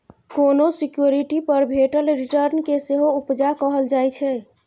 कोनो सिक्युरिटी पर भेटल रिटर्न केँ सेहो उपजा कहल जाइ छै